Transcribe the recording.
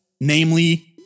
namely-